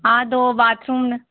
हां दो बाथरूम न